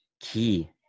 Key